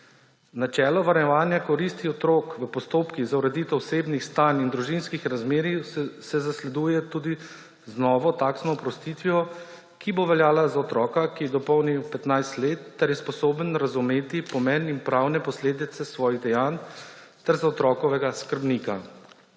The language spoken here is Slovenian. Načelo varovanja koristi otrok v postopkih za ureditev osebnih stanj in družinskih razmerij se zasleduje tudi z novo taksno oprostitvijo, ki bo veljala za otroka, ki je dopolnil 15 let ter je sposoben razumeti pomen in pravne posledice svojih dejanj, ter za otrokovega skrbnika.